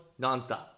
nonstop